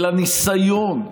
לניסיון,